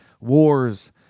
wars